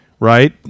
Right